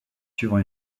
suivant